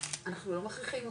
אנחנו לא מכריחים אותו,